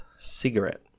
Cigarette